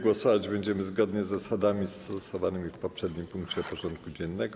Głosować będziemy zgodnie z zasadami stosowanymi w poprzednim punkcie porządku dziennego.